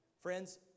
Friends